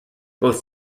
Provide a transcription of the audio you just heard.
both